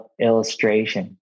illustration